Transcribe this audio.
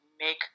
make